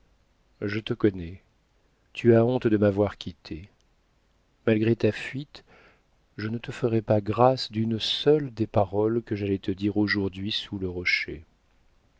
je te connais tu as honte de m'avoir quittée malgré ta fuite je ne te ferai pas grâce d'une seule des paroles que j'allais te dire aujourd'hui sous le rocher